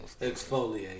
exfoliate